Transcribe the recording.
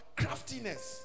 craftiness